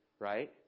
right